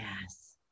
Yes